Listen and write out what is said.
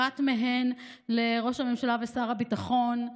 אחת מהן לראש הממשלה ושר הביטחון: